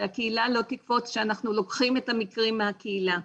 שהקהילה לא תקפוץ שאנחנו לוקחים את המקרים מהקהילה.